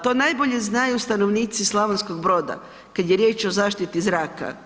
To najbolje znaju stanovnici Slavonskog Broda kada je riječ o zaštiti zraka.